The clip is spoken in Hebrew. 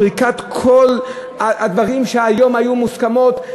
פריקת כל הדברים שעד היום היו מוסכמות.